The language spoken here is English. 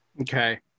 Okay